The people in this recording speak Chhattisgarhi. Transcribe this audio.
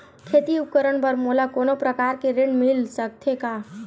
खेती उपकरण बर मोला कोनो प्रकार के ऋण मिल सकथे का?